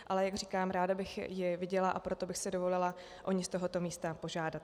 Ale jak říkám, ráda bych ji viděla, a proto bych si dovolila o ni z tohoto místa požádat.